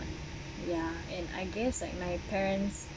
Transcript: ya and I guess like my parents